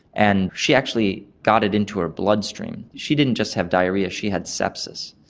and she actually got it into her bloodstream. she didn't just have diarrhoea, she had sepsis.